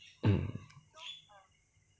mm